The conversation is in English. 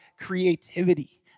creativity